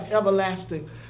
everlasting